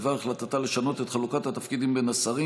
בדבר החלטתה לשנות את חלוקת התפקידים בין השרים